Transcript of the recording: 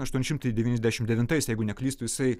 aštuoni šimtai devyniasdešimt devintais jeigu neklystu jisai